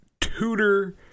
Tutor